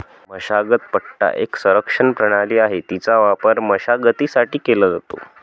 मशागत पट्टा एक संरक्षण प्रणाली आहे, तिचा वापर कमी मशागतीसाठी केला जातो